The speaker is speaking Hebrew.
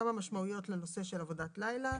כמה משמעויות לנושא של עבודת לילה.